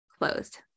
closed